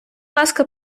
ласка